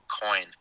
coin